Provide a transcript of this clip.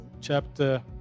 chapter